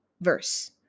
verse